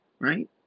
right